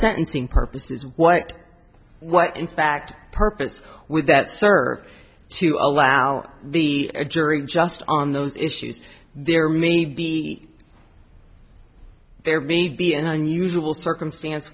sentencing purposes what what in fact purpose would that serve to allow the jury just on those issues there may be there may be an unusual circumstance